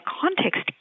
context